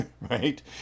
right